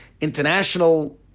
international